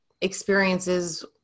experiences